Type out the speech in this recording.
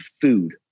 food